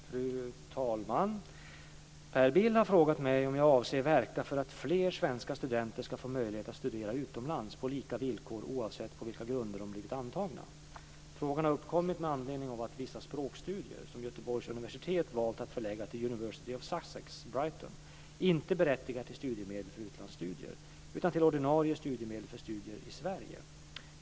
Fru talman! Per Bill har frågat mig om jag avser verka för att fler svenska studenter ska få möjlighet att studera utomlands på lika villkor oavsett på vilka grunder de blivit antagna. Frågan har uppkommit med anledning av att vissa språkstudier som Göteborgs universitet valt att förlägga till University of Sussex, Brighton, inte berättigar till studiemedel för utlandsstudier utan till ordinarie studiemedel för studier i Sverige.